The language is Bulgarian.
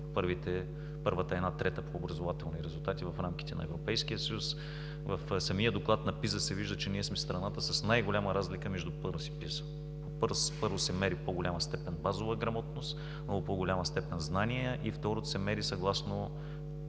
първата една трета по образователни резултати в рамките на Европейския съюз. В самия доклад на PISA се вижда, че ние сме страната с най-голяма разлика между PIRLS и PISA. В PIRLS се мери в по-голяма степен базова грамотност, много по-голяма степен знание, и второто, се мери съгласно